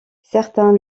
certains